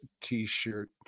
t-shirt